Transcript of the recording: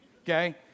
okay